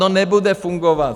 No nebude fungovat!